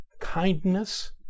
kindness